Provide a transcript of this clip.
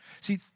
See